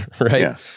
right